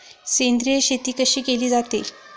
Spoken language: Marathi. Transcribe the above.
सेंद्रिय शेती कशी केली जाते?